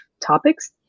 topics